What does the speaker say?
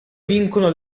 vincono